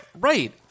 right